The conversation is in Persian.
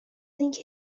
اینکه